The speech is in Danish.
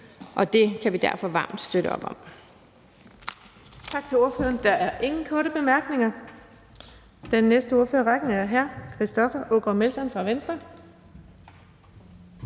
og det kan vi derfor varmt støtte op om.